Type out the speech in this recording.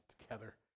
together